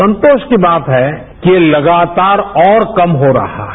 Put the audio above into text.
संतोष की बात है कि लगातार और कम हो रहा है